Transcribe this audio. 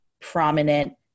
prominent